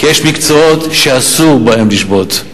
כי יש מקצועות שאסור בהם לשבות.